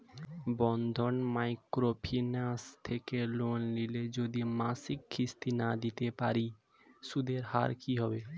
বন্ধন micro finance থেকে loan নিয়ে যদি মাসিক কিস্তি না দিতে পারি সুদের হার কি হবে?